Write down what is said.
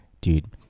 Dude